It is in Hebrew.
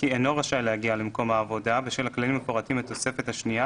כי אינו רשאי להגיע למקום העבודה בשל הכללים המפורטים בתוספת השנייה,